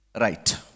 right